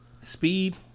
Speed